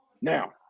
Now